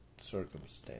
circumstance